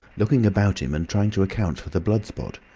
looking about him and trying to account for the blood-spot.